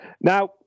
now